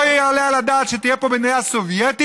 לא יעלה על הדעת שתהיה פה מדינה סובייטית,